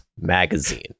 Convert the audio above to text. Magazine